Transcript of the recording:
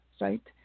right